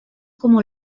como